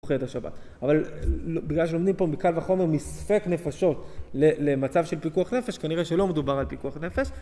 אבל בגלל שלומדים פה מקל וחומר מספק נפשות למצב של פיקוח נפש כנראה שלא מדובר על פיקוח נפש